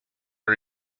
are